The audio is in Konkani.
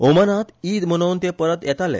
ओमानात ईद मनोवन ते परत येताले